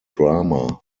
drama